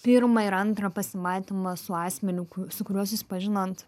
pirmą ir antrą pasimatymą su asmeniu ku su kuriuo susipažinot